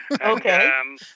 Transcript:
Okay